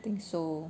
I think so